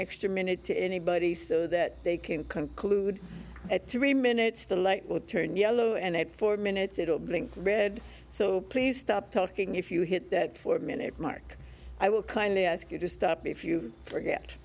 extra minute to anybody so that they can conclude at three minutes the light will turn yellow and at four minutes it will blink read so please stop talking if you hit that four minute mark i will kindly ask you to stop if you forget